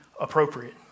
appropriate